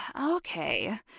okay